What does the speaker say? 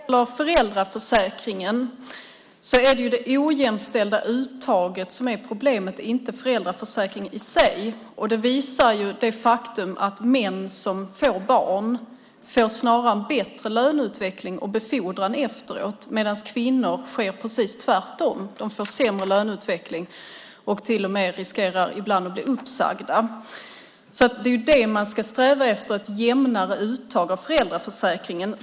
Fru talman! När det gäller föräldraförsäkringen är det ju det ojämställda uttaget som är problemet, inte föräldraförsäkringen i sig. Det visar det faktum att män som får barn snarare får en bättre löneutveckling och befordran efteråt, medan det för kvinnor blir precis tvärtom. De får sämre löneutveckling och riskerar ibland till och med att bli uppsagda. Det man ska sträva efter är ett jämnare uttag av föräldraförsäkringen.